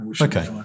Okay